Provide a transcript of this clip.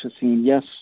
Yes